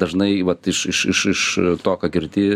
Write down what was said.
dažnai vat iš iš iš iš to ką girdi